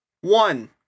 One